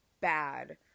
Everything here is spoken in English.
bad